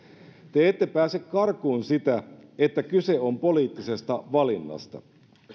te ette pääse karkuun sitä että kyse on poliittisesta valinnasta